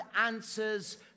answers